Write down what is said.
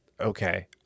okay